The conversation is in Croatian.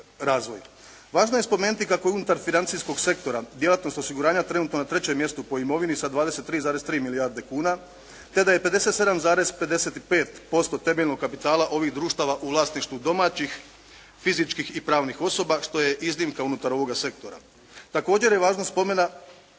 razvoj. Važno je spomenuti kako je unutar financijskog sektora djelatnost osiguranja trenutno na trećem mjestu po imovini sa 23,3 milijarde kuna te da je 57,55% temeljnog kapitala ovih društava u vlasništvu domaćih fizičkih i pravnih osoba što je iznimka unutar ovoga sektor. Također je važno spomena